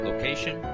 location